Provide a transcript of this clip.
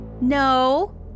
No